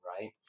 right